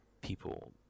people